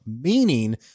meaning